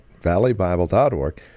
valleybible.org